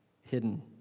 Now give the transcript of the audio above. hidden